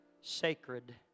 Sacred